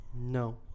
No